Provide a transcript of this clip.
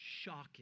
shocking